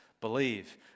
believe